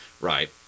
Right